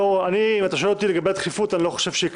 לא קיימת מידת הדחיפות.